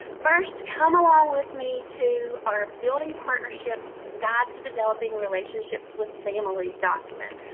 first, come along with me to our building partnerships guide to developing relationships with families document.